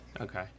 Okay